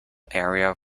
area